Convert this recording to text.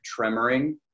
tremoring